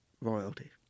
royalty